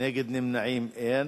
נגד, נמנעים, אין.